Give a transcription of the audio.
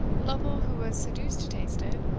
lovel, who was seduced to taste it,